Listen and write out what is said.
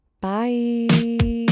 Bye